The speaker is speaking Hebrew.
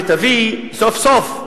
שתביא סוף-סוף,